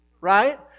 right